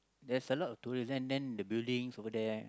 that's a lot of tourism then the buildings over there